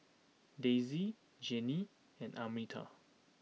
Dayse Jayne and Arminta